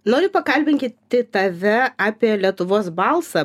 noriu pakalbinkiti tave apie lietuvos balsą